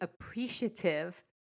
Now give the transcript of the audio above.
appreciative